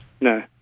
No